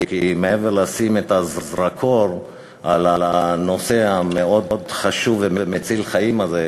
כי מעבר ללשים את הזרקור על הנושא המאוד-חשוב ומציל חיים הזה,